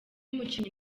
mukinnyi